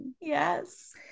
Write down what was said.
Yes